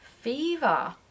Fever